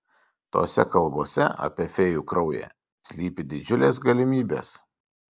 tose kalbose apie fėjų kraują slypi didžiulės galimybės